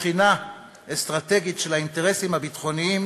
בחינה אסטרטגית של האינטרסים הביטחוניים,